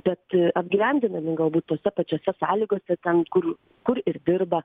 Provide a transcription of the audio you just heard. bet apgyvendinami galbūt tose pačiose sąlygose ten kur kur ir dirba